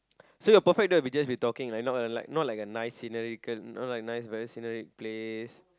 so your perfect date will be just be talking not like not like a nice scenerical not like a nice very sceneric place